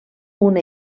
una